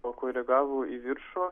pakoregavo į viršų